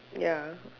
ya